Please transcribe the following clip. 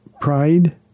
pride